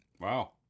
Wow